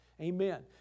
Amen